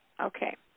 Okay